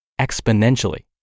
exponentially